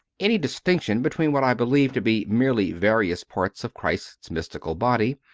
any distinction between what i believed to be merely various parts of christ s mystical body,